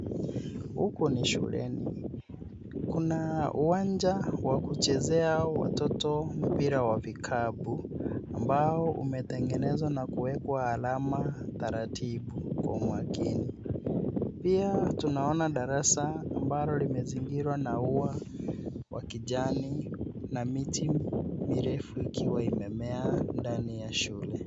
Huko ni shuleni. Kuna uwanja wa kuchezea watoto mpira wa vikapu ambao umetengenezwa na kuekwa alama taratibu kwa umakini. Pia tunaona darasa ambalo limezingirwa na ua wa kijani na miti mirefu ikiwa imemea ndani ya shule.